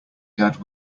dad